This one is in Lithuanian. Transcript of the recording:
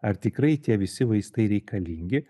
ar tikrai tie visi vaistai reikalingi